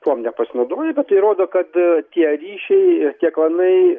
tuom nepasinaudojo bet tai rodo kad a tie ryšiai tie klanai